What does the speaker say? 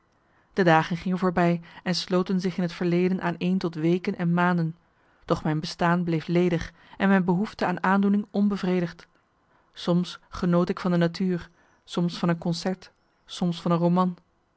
de dagen gingen voorbij en sloten zich in het verleden aaneen tot weken en maanden doch mijn bestaan bleef ledig en mijn behoefte aan aandoening onbevredigd soms genoot ik van de natuur soms van een concert soms van een roman